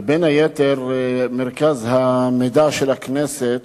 ובין היתר מרכז המידע של הכנסת